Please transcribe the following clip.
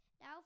now